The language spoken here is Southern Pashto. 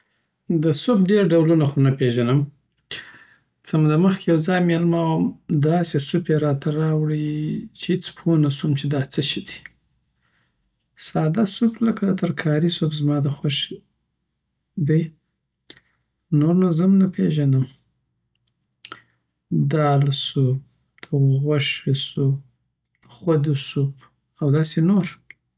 د سوپ ډیر ډولونه خو نه پیژنم څه موده مخکی یوځای میلمه وم داسی سوپ یی راته داوړی چی هیڅ پوه نسوم چی دا څه شی دی ساده سوپ لکه د ترکاری سوپ زما دخوښی دی نور نو زه هم نه پیژنم دال سوپ، دغوښو سوپ، نخود سوپ او داسی نور